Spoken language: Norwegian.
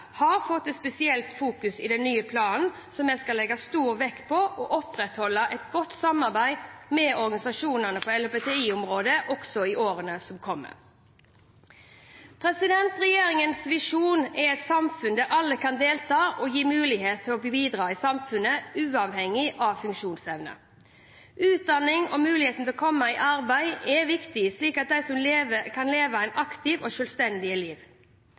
har fått et spesielt fokus i den nye planen, og vi legger stor vekt på å opprettholde et godt samarbeid med organisasjonene på LHBTI-området også i årene som kommer. Regjeringens visjon er et samfunn der alle kan delta og gis mulighet til å bidra i samfunnet, uavhengig av funksjonsevne. Utdanning og mulighet til å komme i arbeid er viktig, slik at de kan leve et aktivt og selvstendig liv. FN-konvensjonen om rettigheter til mennesker med nedsatt funksjonsevne bidrar til å motvirke diskriminering på grunn av